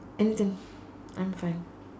anything I'm fine